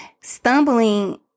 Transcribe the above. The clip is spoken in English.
stumbling